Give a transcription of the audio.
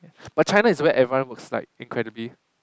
but China is like where everyone works like incredibly